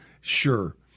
Sure